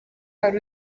wari